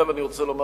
עכשיו אני רוצה לומר